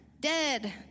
dead